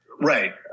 right